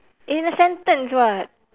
in a sentence [what]